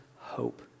hope